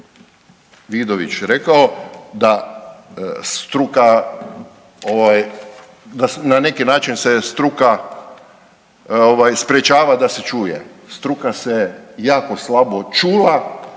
ovaj da na neki način se struka ovaj sprječava da se čuje. Struka se jako slabo čula